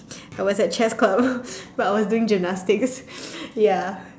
I was at chess club but I was doing gymnastics ya